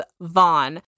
Vaughn